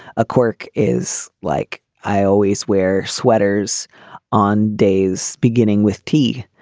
a quirk is like i always wear sweaters on days beginning with t